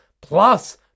plus